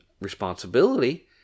responsibility